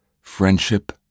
friendship